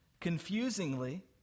confusingly